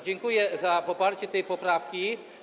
Dziękuję za poparcie tej poprawki.